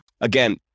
again